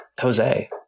Jose